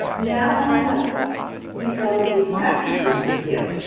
now, i wanna do some of these practices with you.